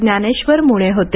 ज्ञानेश्वर मुळ्ये होते